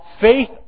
faith